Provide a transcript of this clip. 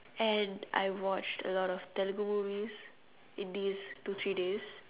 and I watched a lot of telugu movies in this two three days